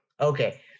Okay